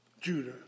Judah